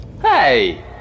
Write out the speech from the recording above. Hey